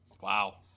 Wow